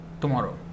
tomorrow